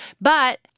But-